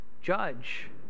judge